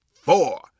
four